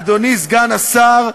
אדוני סגן השר,